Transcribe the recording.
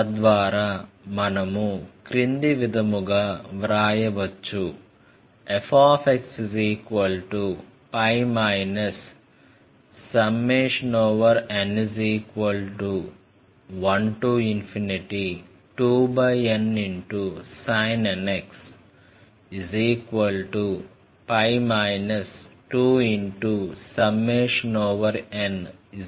తద్వారా మనము క్రింది విధముగా వ్రాయవచ్చు fxπ n12nsin nx π 2n11nsin nx